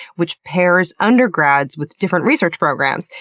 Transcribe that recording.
which pairs undergrads with different research programs,